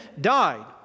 died